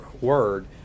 word